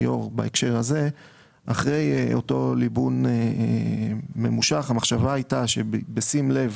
בסעיף 8א1(ג), שזה עניין הפרסום,